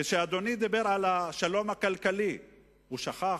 כשאדוני דיבר על השלום הכלכלי הוא שכח,